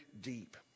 deep